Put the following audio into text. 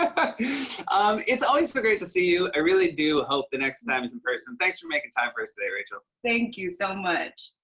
ah but um it's always so great to see you. i really do hope the next time is in person. thanks for making time for us today, rachel. thank you so much.